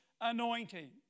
Anointing